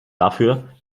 dafür